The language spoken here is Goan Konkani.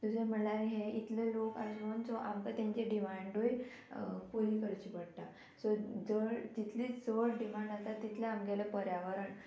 दुसरें म्हणल्यार हे इतले लोक आशिल्लो आमकां तेंचे डिमांडूय पुली करची पडटा सो जड जितले चड डिमांड आसा तितले आमगेले पर्यावरण